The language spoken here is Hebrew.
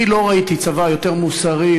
אני לא ראיתי צבא יותר מוסרי,